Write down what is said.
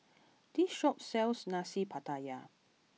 this shop sells Nasi Pattaya